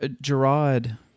gerard